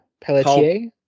Pelletier